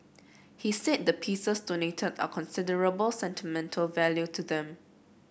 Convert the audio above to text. he said the pieces donated are considerable sentimental value to them